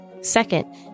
Second